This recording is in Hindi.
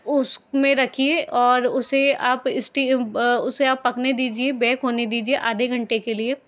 उसमें रखिए और उसे आप स्टीम उसे आप पकने दीजिए बेक होने दीजिए आधे घंटे के लिए